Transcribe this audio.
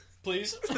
Please